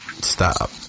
Stop